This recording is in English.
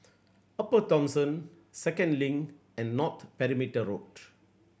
Upper Thomson Second Link and North Perimeter Road